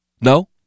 No